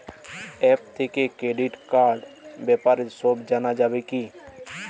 App থেকে credit কার্ডর ব্যাপারে সব জানা যাবে কি?